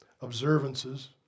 observances